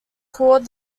called